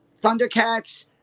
Thundercats